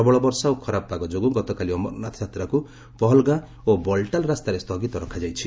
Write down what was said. ପ୍ରବଳ ବର୍ଷା ଓ ଖରାପ ପାଗ ଯୋଗୁଁ ଗତକାଲି ଅମରନାଥ ଯାତ୍ରାକୁ ପହଲଗାଁ ଓ ବଲଟାଲ୍ ରାସ୍ତାରେ ସ୍ଥୁଗିତ ରଖାଯାଇଛି